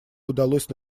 удалось